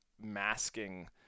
masking